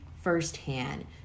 firsthand